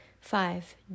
Five